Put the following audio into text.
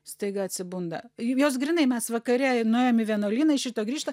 staiga atsibunda jos grynai mes vakare nuėjom į vienuolyną iš ryto grįžta